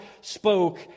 spoke